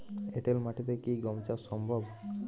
এঁটেল মাটিতে কি গম চাষ সম্ভব?